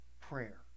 prayer